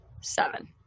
seven